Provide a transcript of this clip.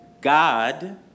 God